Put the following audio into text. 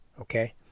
okay